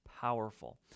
powerful